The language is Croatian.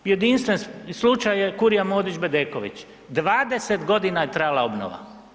Jedinstven slučaj je Kurija Modrić-Bedeković, 20.g. je trajala obnova.